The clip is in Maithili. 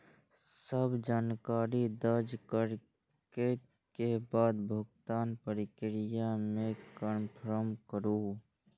सब जानकारी दर्ज करै के बाद भुगतानक प्रक्रिया कें कंफर्म करू